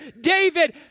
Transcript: david